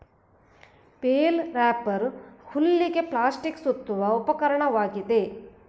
bale wrapper ಹುಲ್ಲಿಗೆ plastic ಸುತ್ತುವ ಉಪಕರಣವಾಗಿದೆ